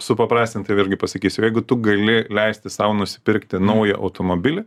supaprastintai vėlgi pasakysiu jeigu tu gali leisti sau nusipirkti naują automobilį